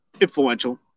influential